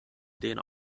den